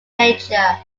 nature